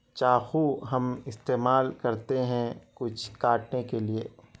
چاقو ہم استعمال کرتے ہیں کچھ کاٹنے کے لیے